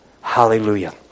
Hallelujah